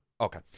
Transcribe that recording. Okay